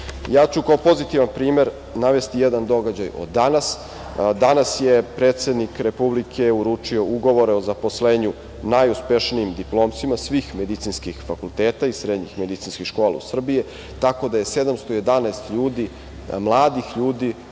veštine. Kao pozitivan primer navešću jedan događaj od danas. Danas je predsednik Republike uručio ugovore o zaposlenju najuspešnijim diplomcima svih medicinskih fakulteta i srednjih medicinskih škola Srbije, tako da je 711 mladih ljudi